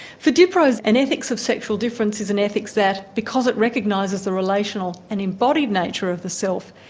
for diprose, an ethics of sexual difference is an ethics that, because it recognises the relational and embodied nature of the self,